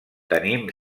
tenim